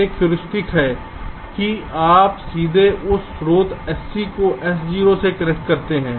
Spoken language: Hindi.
एक हेयूरिस्टिक है कि आप सीधे इस स्रोत sc को s0 से कनेक्ट करते हैं